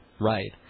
right